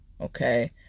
okay